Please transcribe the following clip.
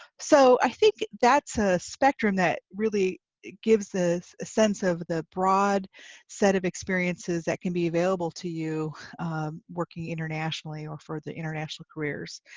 so i think that's a spectrum that really gives us a sense of the broad set of experiences that can be available to you working internationally or for the international careers.